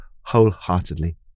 wholeheartedly